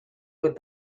بود